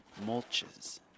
mulches